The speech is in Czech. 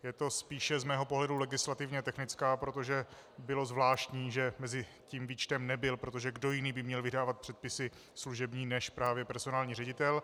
Je to spíše z mého pohledu legislativně technická, protože bylo zvláštní, že mezi tím výčtem nebyl protože kdo jiný by měl vydávat předpisy služební, než právě personální ředitel?